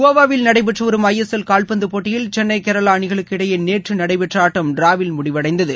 கோவாவில் நடைபெற்று வரும் ஐஎஸ்எல் கால்பந்துப் போட்டியில் சென்னை கேரளா அணிகளுக்கு இடையே நேற்று நடைபெற்ற ஆட்டம் டிராவில் முடிவடைந்தது